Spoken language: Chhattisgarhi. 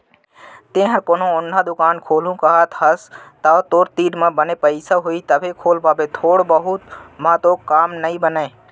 तेंहा कोनो ओन्हा दुकान खोलहूँ कहत हस तव तो तोर तीर बने पइसा होही तभे खोल पाबे थोक बहुत म तो काम ह नइ बनय